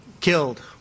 killed